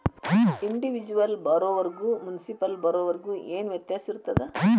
Individual ಬಾರೊವರ್ಗು municipal ಬಾರೊವರ್ಗ ಏನ್ ವ್ಯತ್ಯಾಸಿರ್ತದ?